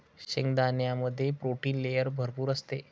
शेंगदाण्यामध्ये protein layer भरपूर असते